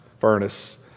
furnace